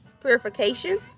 purification